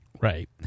Right